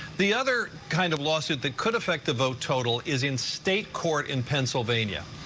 the other kind of lawsuit that could affect a vote total is in state court in pennsylvania.